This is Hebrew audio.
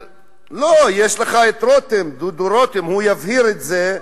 לא, יש לך את רותם, דודו רותם, הוא יבהיר את זה,